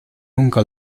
nunca